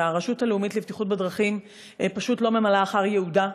שהרשות הלאומית לבטיחות בדרכים פשוט לא ממלאה אחר ייעודה.